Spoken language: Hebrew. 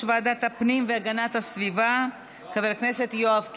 ועדת הפנים והגנת הסביבה חבר הכנסת יואב קיש.